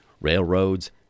Railroads